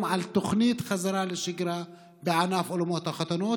על תוכנית חזרה לשגרה בענף אולמות החתונות,